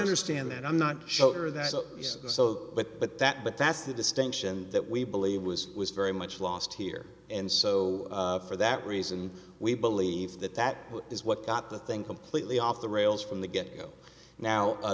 under stand that i'm not show her that so but but that but that's the distinction that we believe was was very much lost here and so for that reason we believe that that is what got the thing completely off the rails from the get go now